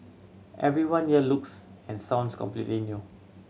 everyone here looks and sounds completely new